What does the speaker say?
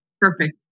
Perfect